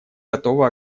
готово